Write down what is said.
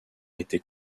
était